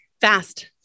fast